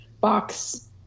box